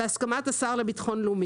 בהסכמת השר לביטחון לאומי.